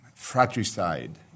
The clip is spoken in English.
fratricide